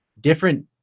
different